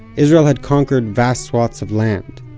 israel had conquered vast swaths of land,